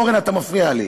אורן, אתה מפריע לי.